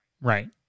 Right